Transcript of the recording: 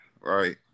right